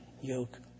yoke